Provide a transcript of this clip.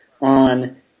on